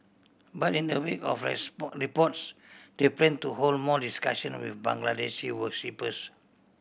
but in the wake of the the reports they plan to hold more discussion with Bangladeshi worshippers